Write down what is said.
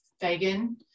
Fagan